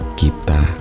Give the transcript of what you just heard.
kita